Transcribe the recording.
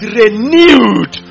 renewed